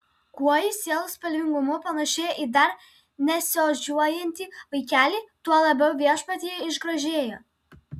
kuo jis sielos spalvingumu panašėja į dar nesiožiuojantį vaikelį tuo labiau viešpatyje išgražėja